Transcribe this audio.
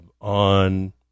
on